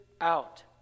out